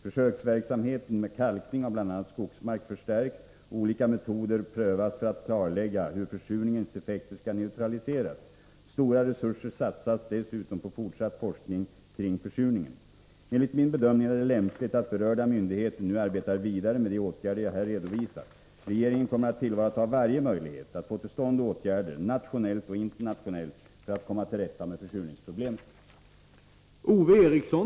Försöksverksamheten med kalkning av bl.a. skogsmark förstärks, och olika metoder prövas för att klarlägga hur försurningens effekter skall neutraliseras. Stora resurser satsas dessutom på fortsatt forskning kring försurningen. Enligt min bedömning är det lämpligt att berörda myndigheter nu arbetar vidare med de åtgärder jag här redovisat. Regeringen kommer att tillvarata varje möjlighet att få till stånd åtgärder — nationellt och internationellt — för att komma till rätta med försurningsproblemen.